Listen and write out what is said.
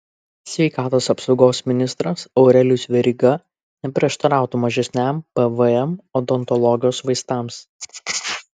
sveikatos apsaugos ministras aurelijus veryga neprieštarautų mažesniam pvm odontologijos vaistams